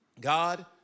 God